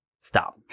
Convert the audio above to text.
Stop